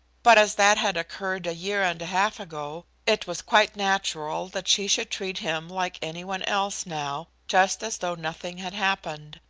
but as that had occurred a year and a half ago, it was quite natural that she should treat him like any one else, now, just as though nothing had happened.